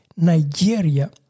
Nigeria